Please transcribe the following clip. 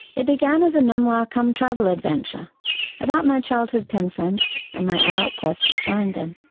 it began as a memoir cum travel adventure about my childhood penfriends and my adult quest to find them.